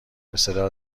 بصدا